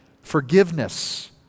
Forgiveness